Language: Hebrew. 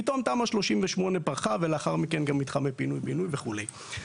פתאום תמ"א 38 פרחה ולאחר מכן גם מתחמי פינוי-בינוי וכו'.